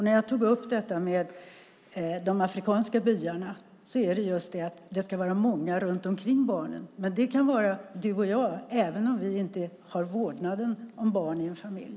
När jag tog upp de afrikanska byarna var det just för att visa att det ska vara många runt omkring barnen. Men det kan vara du och jag även om vi inte har vårdnaden om barnen i en familj.